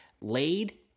laid